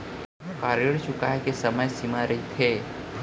का ऋण चुकोय के समय सीमा रहिथे?